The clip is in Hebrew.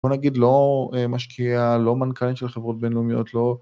בוא נגיד לא משקיע, לא מנכ"ל של חברות בינלאומיות, לא...